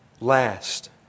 last